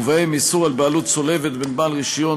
ובהם איסור בעלות צולבת בין בעל רישיון,